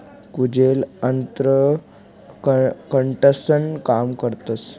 कुजेल अन्न खतंसनं काम करतस